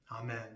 Amen